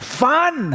fun